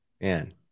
man